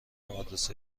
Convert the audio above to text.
آدرس